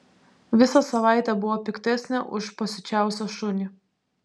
visą savaitę buvo piktesnė už pasiučiausią šunį